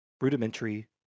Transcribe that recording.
Rudimentary